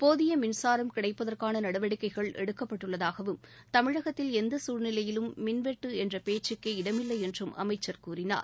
போதியமின்சாரம் கிடைப்பதற்கானநடவடிக்கைகள் எடுக்கப்பட்டுள்ளதாகவும் தமிழகத்தில் எந்தசூழ்நிலையிலும் மின்வெட்டுஎன்றபேச்சுக்கே இடமில்லைஎன்றும் அமைச்சர் கூறினார்